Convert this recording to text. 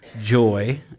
joy